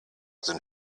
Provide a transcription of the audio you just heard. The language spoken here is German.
sind